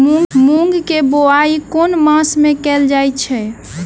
मूँग केँ बोवाई केँ मास मे कैल जाएँ छैय?